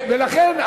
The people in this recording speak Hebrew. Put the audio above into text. ולכן,